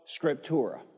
scriptura